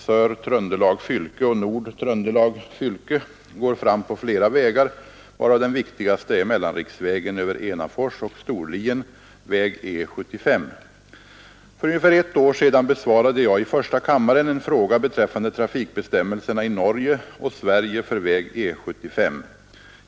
För ungefär ett år sedan besvarade jag i första kammaren en fråga bettäffande trafikbestämmelserna i Norge och Sverige för väg E 75.